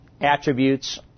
attributes